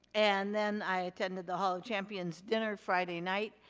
and then, i attended the hall of champions dinner friday night,